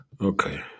Okay